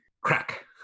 crack